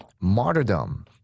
martyrdom